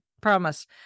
promise